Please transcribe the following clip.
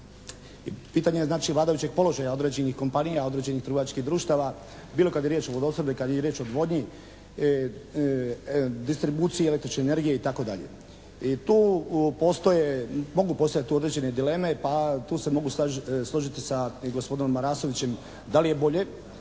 Pitanje znači vladajućeg položaja određenih kompanija, određenih trgovačkih društava bilo kad je riječ o vooopskrbi, kad je riječ o odvodnji, distribuciji električne energije itd. I tu mogu postojati određene dileme pa tu se mogu složiti sa gospodinom Marasovićem da li je bolje